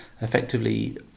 effectively